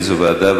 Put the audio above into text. לאיזו ועדה?